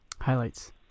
highlights